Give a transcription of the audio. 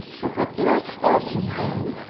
who had not opened them,